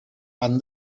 and